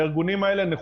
האנשים האלה,